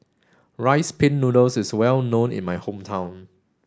rice pin noodles is well known in my hometown